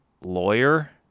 lawyer